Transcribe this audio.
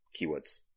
Keywords